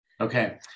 Okay